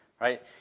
right